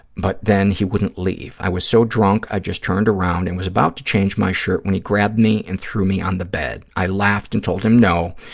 but then he wouldn't leave. i was so drunk, i just turned around and was about to change my shirt when he grabbed me and threw me on the bed. i laughed and told him no,